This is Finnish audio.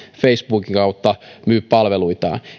facebookin kautta myy palveluitaan